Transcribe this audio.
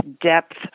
depth